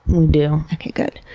we do. okay. good.